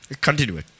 Continue